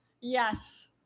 Yes